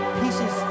pieces